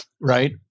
Right